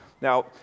Now